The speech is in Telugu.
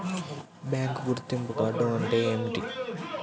బ్యాంకు గుర్తింపు కార్డు అంటే ఏమిటి?